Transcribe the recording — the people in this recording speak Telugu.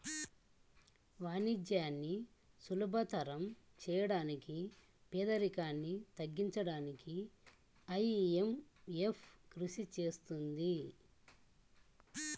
వాణిజ్యాన్ని సులభతరం చేయడానికి పేదరికాన్ని తగ్గించడానికీ ఐఎంఎఫ్ కృషి చేస్తుంది